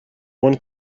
one